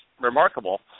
remarkable